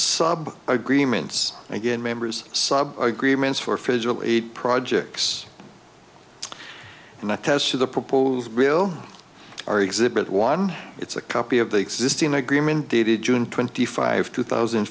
sub agreements again members sub agreements for federal aid projects and the test of the proposed bill are exhibit one it's a copy of the existing agreement dated june twenty five two thousand